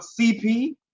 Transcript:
CP